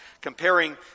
comparing